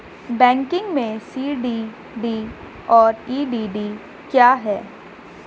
Banking में CDD और EDD क्या हैं?